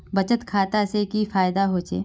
बचत खाता से की फायदा होचे?